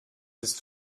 ist